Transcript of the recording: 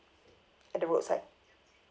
at the roadside